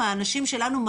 האנשים שלנו,